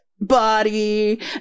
body